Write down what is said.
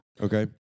Okay